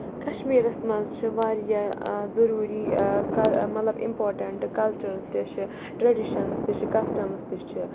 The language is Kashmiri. کَشمیٖرَس منٛز چھِ واریاہ ضروٗری مطلب اِمپاٹینٹ کَلچر تہِ چھِ ٹریڈِشنٔز تہِ چھِ کَسٹمٔز تہِ چھِ